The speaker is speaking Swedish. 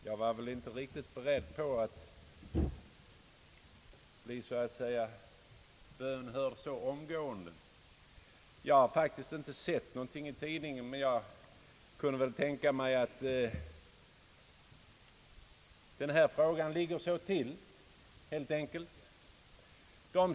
Herr talman! Jag var inte beredd på att bli så att säga bönhörd omgående. Jag har faktiskt inte läst någonting om detta i tidningen, statsrådet Palme. Men jag kan väl föreställa mig att denna fråga helt enkelt ligger så till som jag relaterade.